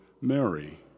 Mary